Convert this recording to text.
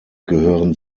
gehören